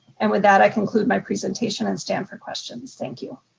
and with that, i conclude my presentation and stand for questions. thank you.